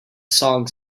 song